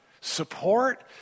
support